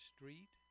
Street